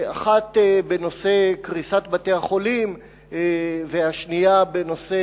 אחת בנושא קריסת בתי-החולים והשנייה בנושא